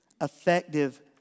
effective